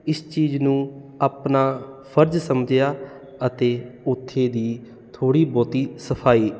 ਇਸ ਚੀਜ਼ ਨੂੰ ਆਪਣਾ ਫਰਜ਼ ਸਮਝਿਆ ਅਤੇ ਉੱਥੇ ਦੀ ਥੋੜ੍ਹੀ ਬਹੁਤੀ ਸਫਾਈ